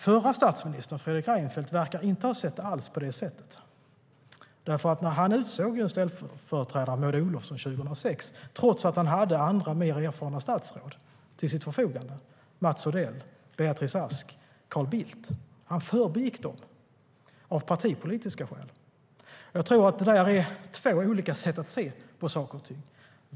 Fredrik Reinfeldt, den förre statsministern, verkar inte alls ha sett det på det sättet. Trots att han 2006 hade andra och mer erfarna statsråd till sitt förfogande, till exempel Mats Odell, Beatrice Ask och Carl Bildt, så förbigick han dem av partipolitiska skäl och utsåg Maud Olofsson till sin ställföreträdare. Jag tror att det där är två olika sätt att se på saker och ting.